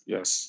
Yes